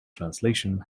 translation